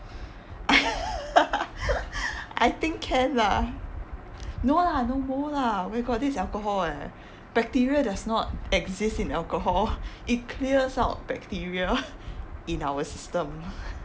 I think can lah no lah no mold lah where got this is alcohol eh bacteria does not exist in alcohol it clears out bacteria in our system